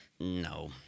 No